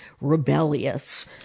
rebellious